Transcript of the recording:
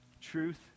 truth